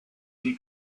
new